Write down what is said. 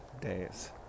days